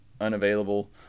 unavailable